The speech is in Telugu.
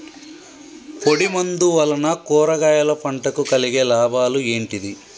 పొడిమందు వలన కూరగాయల పంటకు కలిగే లాభాలు ఏంటిది?